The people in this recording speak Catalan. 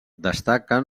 destaquen